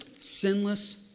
sinless